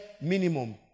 minimum